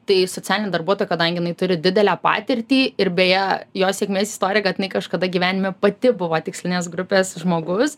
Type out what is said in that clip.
tai socialinė darbuotoja kadangi jinai turi didelę patirtį ir beje jos sėkmės istorija kad kažkada gyvenime pati buvo tikslinės grupės žmogus